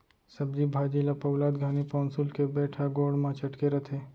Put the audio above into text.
सब्जी भाजी ल पउलत घानी पउंसुल के बेंट ह गोड़ म चटके रथे